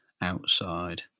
outside